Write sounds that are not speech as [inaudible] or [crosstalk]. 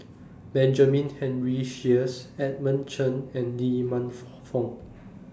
Benjamin Henry Sheares Edmund Cheng and Lee Man [unintelligible] Fong